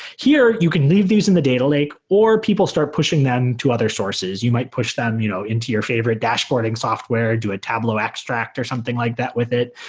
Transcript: here, you can leave these in the data lake or people start pushing them to other sources. you might push them you know into your favorite dashboarding software, do a tableau extract or something like that with it.